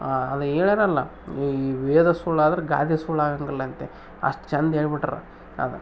ಅದು ಹೇಳರಲ್ಲಾ ವೇದ ಸುಳ್ಳಾದರು ಗಾದೆ ಸುಳ್ಳಾಗಂಗಿಲ್ಲಂತೆ ಅಷ್ಟು ಚಂದ ಹೇಳ್ಬುಟ್ರೆ ಅದು